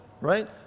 Right